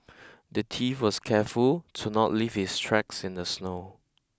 the thief was careful to not leave his tracks in the snow